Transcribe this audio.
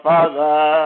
Father